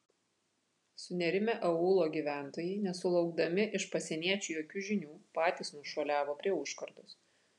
sunerimę aūlo gyventojai nesulaukdami iš pasieniečių jokių žinių patys nušuoliavo prie užkardos